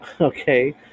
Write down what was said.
okay